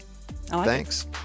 Thanks